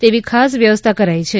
તેવી ખાસ વ્યવસ્થા કરાઈ છે